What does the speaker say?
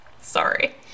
Sorry